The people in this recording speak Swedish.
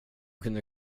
kunde